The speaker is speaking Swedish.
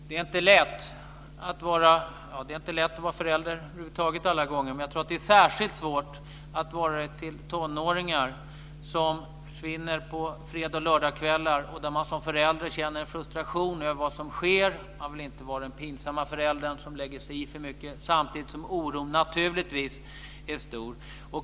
Fru talman! Det är inte lätt att vara förälder över huvud taget alla gånger, men jag tror att det är särskilt svårt att vara förälder till tonåringar som försvinner på fredag och lördagkvällar. Man känner som förälder en frustration över vad som sker. Man vill inte vara den pinsamma föräldern som lägger sig i för mycket, samtidigt som oron naturligtvis är stor.